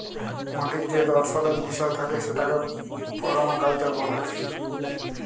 মাটির যে দর্শলের বিষয় থাকে সেটাকে পারমাকালচার ব্যলে